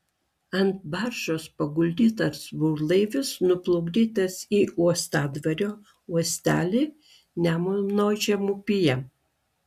ant baržos paguldytas burlaivis nuplukdytas į uostadvario uostelį nemuno žemupyje